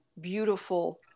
beautiful